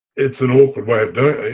it's an awkward way of doing